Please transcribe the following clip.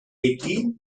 team